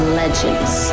legends